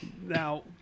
Now